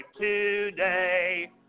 today